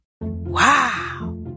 Wow